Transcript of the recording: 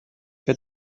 que